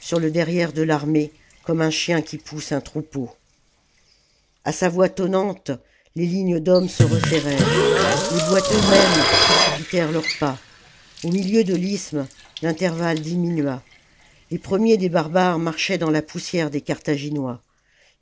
sur le derrière de l'armée comme un chien qui pousse un troupeau a sa voix tonnante les lignes d'hommes se resserrèrent les boiteux mêmes précipitèrent leurs pas au milieu de l'isthme l'intervalle diminua les premiers des barbares marchaient dans la poussière des carthaginois